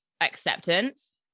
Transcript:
Acceptance